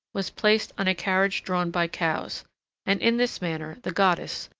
was placed on a carriage drawn by cows and in this manner the goddess,